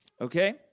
Okay